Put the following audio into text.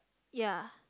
ya